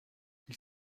ils